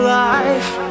life